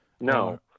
No